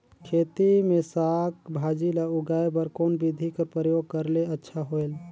खेती मे साक भाजी ल उगाय बर कोन बिधी कर प्रयोग करले अच्छा होयल?